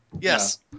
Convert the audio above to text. Yes